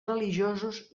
religiosos